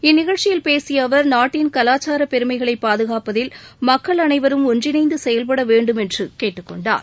இந்நிகழ்ச்சியில் பேசிய அவர் நாட்டின் கலாச்சார பெருமைகளை பாகுகாப்பதில் மக்கள் அனைவரும் ஒன்றிணைந்து செயல்படவேண்டும் என்று கேட்டுக்கொண்டார்